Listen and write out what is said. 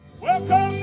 welcome